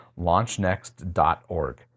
launchnext.org